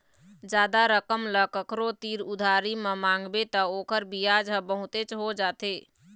जादा रकम ल कखरो तीर उधारी म मांगबे त ओखर बियाज ह बहुतेच हो जाथे